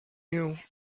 you